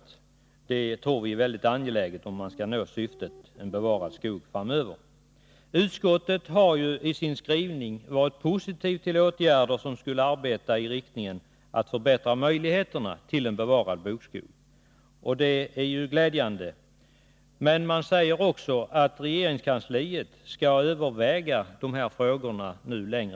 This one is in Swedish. Vi anser att detta är mycket angeläget, om vi skall uppnå syftet att bevara bokskog framöver. Utskottet har i sin skrivning varit positiv till de åtgärder som föreslagits i syfte att förbättra möjligheterna till en bevarad bokskog, och det är ju glädjande. Men utskottet säger också att dessa frågor längre fram skall övervägas i regeringskansliet.